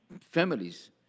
families